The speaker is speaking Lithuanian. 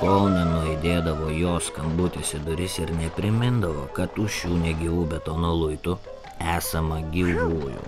kol nenuaidėdavo jos skambutis į duris ir neprimindavo kad už šių negyvų betono luitų esama gyvųjų